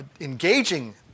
engaging